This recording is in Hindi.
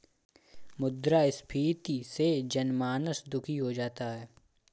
मुद्रास्फीति से जनमानस दुखी हो जाता है